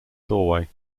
doorway